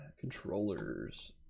controllers